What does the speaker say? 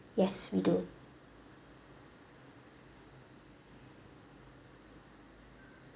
yes we do